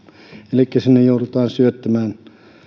elikkä sinne joudutaan syöttämään sähköä